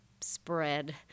spread